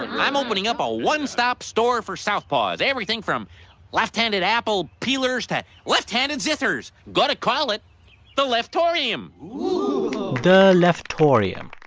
i'm opening up a one-stop store for southpaws everything from left-handed apple peelers to left-handed scissors. going to call it the leftorium ooh the leftorium,